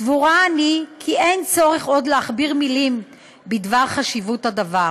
סבורה אני כי אין צורך להכביר מילים בדבר חשיבות הדבר,